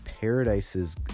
Paradise's